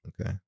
Okay